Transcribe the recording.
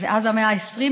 מאז המאה ה-20.